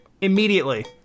immediately